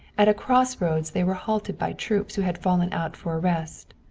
at a crossroads they were halted by troops who had fallen out for a rest.